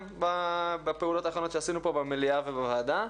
בפעולות האחרונות שעשינו פה במליאה ובוועדה.